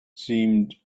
seemed